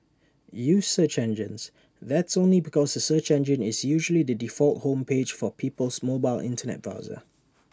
use search engines that's only because A search engine is usually the default home page for people's mobile Internet browser